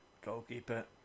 goalkeeper